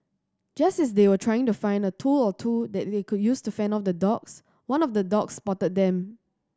just as they were trying to find a tool or two that they could use to fend off the dogs one of the dogs spotted them